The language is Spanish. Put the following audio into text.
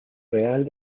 real